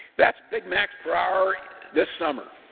that big mac per hour this summer,